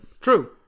True